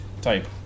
type